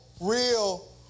real